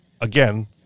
again